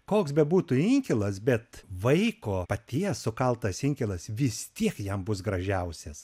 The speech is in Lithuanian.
koks bebūtų ikilas bet vaiko paties sukaltas inkilas vis tiek jam bus gražiausias